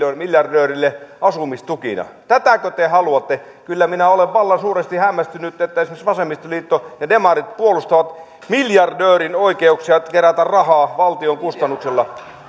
miljardöörille asumistukina tätäkö te te haluatte kyllä minä olen vallan suuresti hämmästynyt että esimerkiksi vasemmistoliitto ja demarit puolustavat miljardöörin oikeuksia kerätä rahaa valtion kustannuksella